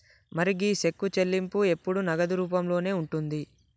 మరి గీ సెక్కు చెల్లింపు ఎప్పుడు నగదు రూపంలోనే ఉంటుంది